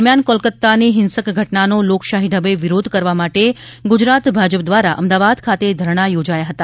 દરમિયાન કોલકાતાની હિંસક ઘટનાનો લોકશાહી ઢબે વિરોધ કરવા માટે ગુજરાત ભાજપ દ્વારા અમદાવાદ ખાતે ધરણા યોજાયા હતા